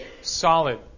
solid